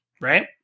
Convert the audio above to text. right